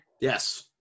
yes